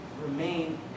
remain